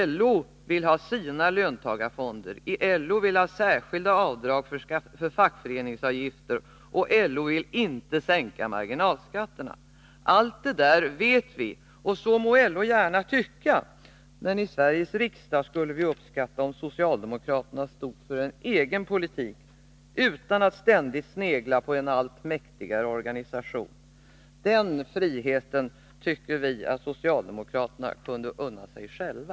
LO vill ha sina löntagarfonder, LO vill ha särskilda avdrag för fackföreningsavgifter och LO vill inte sänka marginalskatten. Allt det vet vi — och så må LO gärna tycka — men i Sveriges riksdag skulle vi uppskatta om socialdemokraterna stod för en egen politik, utan att ständigt snegla på en allt mäktigare organisation. Den friheten tycker vi att socialdemokraterna kunde unna sig själva.